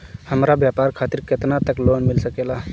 हमरा व्यापार खातिर केतना तक लोन मिल सकेला?